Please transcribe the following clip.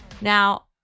Now